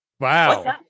wow